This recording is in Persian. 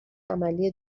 عملی